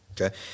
Okay